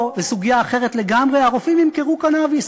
או בסוגיה אחרת לגמרי: הרופאים ימכרו קנאביס,